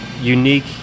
unique